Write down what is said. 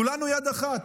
כולנו יד אחת.